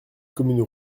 communes